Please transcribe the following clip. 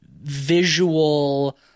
visual